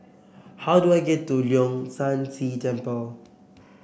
how do I get to Leong San See Temple